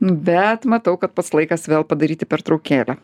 bet matau kad pats laikas vėl padaryti pertraukėlę